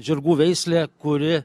žirgų veislė kuri